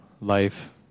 life